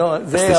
תודה.